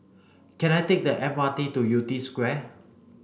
can I take the M R T to Yew Tee Square